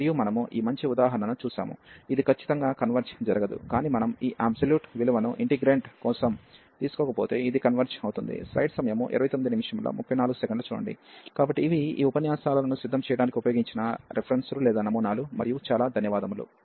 మరియు మనము ఈ మంచి ఉదాహరణను చూశాము ఇది ఖచ్చితంగా కన్వర్జ్ జరగదు కాని మనం ఈ అబ్సొల్యూట్ విలువను ఇంటిగ్రేంట్ కోసం కాబట్టిఇవి ఈ ఉపన్యాసాలను సిద్ధం చేయడానికి ఉపయోగించిన రెఫెరెన్సులు లేదా నమూనాలు మరియు చాలా ధన్యవాదములు